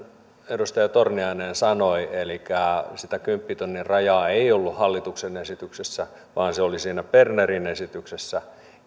edustaja torniainen sanoi elikkä sitä kymppitonnin rajaa ei ollut hallituksen esityksessä vaan se oli siinä bernerin esityksessä